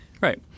right